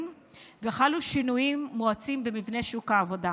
וחלו שינויים מואצים במבנה שוק העבודה.